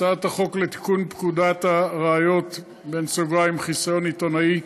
הצעת החוק לתיקון פקודת הראיות (חיסיון עיתונאי)